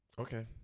Okay